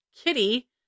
kitty